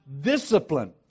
discipline